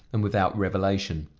and without revelation.